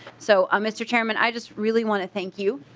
so ah mr. chairman i just really want to thank you.